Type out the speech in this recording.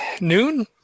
noon